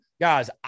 Guys